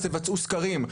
אז תבצעו סקרים.